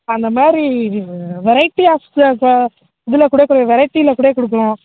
அந்த மாதிரி variety of இதில் கூட இப்போ வெரைட்டியில் கூட கொடுக்குறோம்